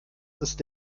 ist